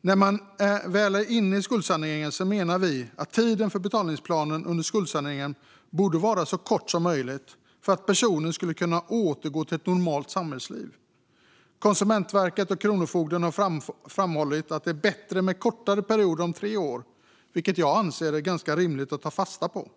När man väl är inne i skuldsaneringen menar vi att tiden för betalningsplanen under skuldsaneringen borde vara så kort som möjligt för att personen ska kunna återgå till ett normalt samhällsliv. Konsumentverket och Kronofogden har framhållit att det är bättre med en kortare period om tre år, vilket jag anser är ganska rimligt att ta fasta på.